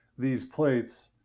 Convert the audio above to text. these plates.